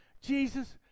Jesus